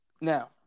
Now